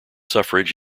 suffrage